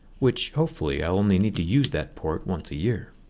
which hopefully i'll only need to use that port once a year.